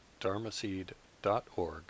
dharmaseed.org